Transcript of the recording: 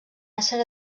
ésser